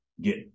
get